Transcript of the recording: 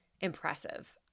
impressive